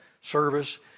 service